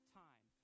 time